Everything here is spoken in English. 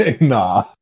nah